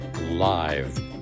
live